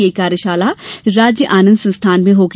ये कार्यशाला राज्य आनंद संस्थान में होगी